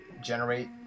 generate